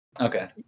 Okay